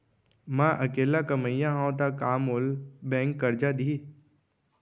मैं अकेल्ला कमईया हव त का मोल बैंक करजा दिही?